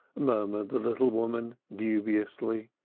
murmured the little woman dubiously.